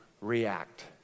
react